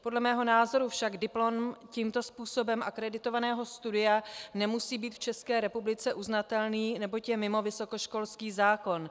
Podle mého názoru však diplom tímto způsobem akreditovaného studia nemusí být v České republice uznatelný neboť je mimo vysokoškolský zákon.